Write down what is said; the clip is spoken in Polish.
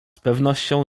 pewnością